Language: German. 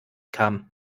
kam